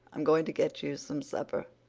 i'm going to get you some supper.